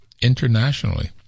internationally